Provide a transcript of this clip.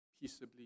peaceably